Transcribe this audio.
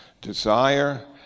Desire